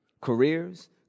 careers